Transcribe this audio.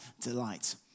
delight